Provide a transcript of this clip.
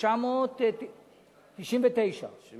הפעם